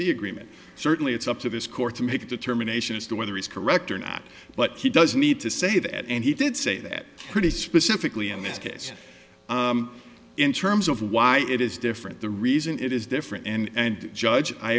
c agreement certainly it's up to this court to make a determination as to whether he's correct or not but he does need to say that and he did say that pretty specifically in this case in terms of why it is different the reason it is different and judge i